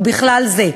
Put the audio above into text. ובכלל זה: